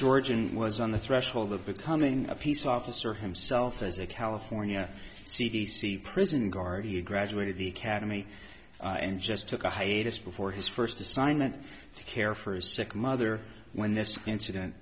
george and was on the threshold of becoming a peace officer himself as a california c d c prison guard you graduated the cademy and just took a hiatus before his first assignment to care for his sick mother when this incident